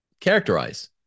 characterize